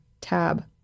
Tab